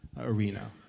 arena